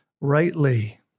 rightly